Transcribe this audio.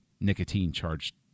nicotine-charged